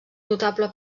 notable